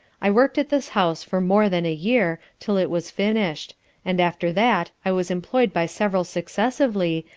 i worked at this house for more than a year, till it was finished and after that i was employed by several successively,